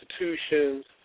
Institutions